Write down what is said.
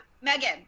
Megan